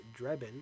Drebin